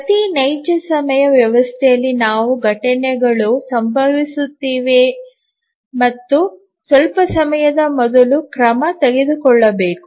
ಪ್ರತಿ ನೈಜ ಸಮಯ ವ್ಯವಸ್ಥೆಯಲ್ಲಿ ನಾವು ಘಟನೆಗಳು ಸಂಭವಿಸುತ್ತಿದ್ದೇವೆ ಮತ್ತು ಸ್ವಲ್ಪ ಸಮಯದ ಮೊದಲು ಕ್ರಮ ತೆಗೆದುಕೊಳ್ಳಬೇಕು